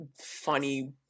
funny